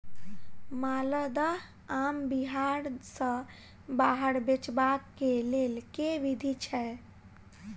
माल्दह आम बिहार सऽ बाहर बेचबाक केँ लेल केँ विधि छैय?